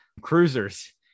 cruisers